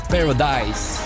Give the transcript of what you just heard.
Paradise